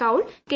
Kaul K